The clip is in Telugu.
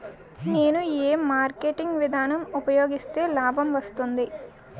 నేను ఏ మార్కెటింగ్ విధానం ఉపయోగిస్తే లాభం వస్తుంది?